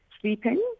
sleeping